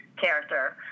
character